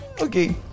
okay